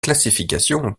classification